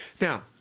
Now